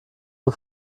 nur